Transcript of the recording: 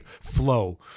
flow